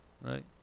right